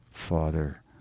father